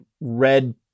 red